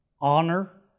honor